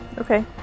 Okay